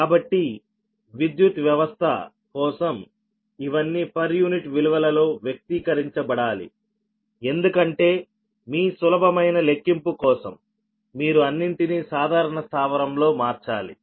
కాబట్టి విద్యుత్ వ్యవస్థ కోసం ఇవన్నీ పర్ యూనిట్ విలువలలో వ్యక్తీకరించబడాలి ఎందుకంటే మీ సులభమైన లెక్కింపు కోసం మీరు అన్నింటినీ సాధారణ బేస్ లో మార్చాలి